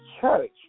church